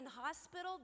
hospital